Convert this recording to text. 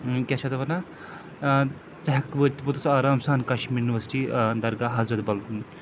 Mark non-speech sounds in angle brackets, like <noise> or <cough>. کیٛاہ چھِ اَتھ وَنان ژٕ ہٮ۪کَکھ وٲتِتھ پوٚتُس آرام سان کَشمیٖر یونیوَرسٹی درگاہ حضرت بل <unintelligible>